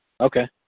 Okay